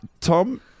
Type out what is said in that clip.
Tom